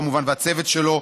וכמובן לצוות שלו,